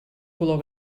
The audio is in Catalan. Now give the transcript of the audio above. color